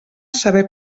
saber